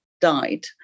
died